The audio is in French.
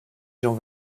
jean